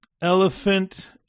elephant